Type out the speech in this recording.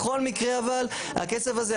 בכל מקרה הכסף הזה,